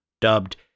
dubbed